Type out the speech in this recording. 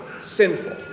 sinful